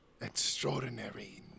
extraordinary